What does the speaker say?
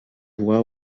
voit